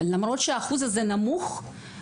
ולמרות שהאחוז הזה נמוך.